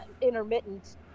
intermittent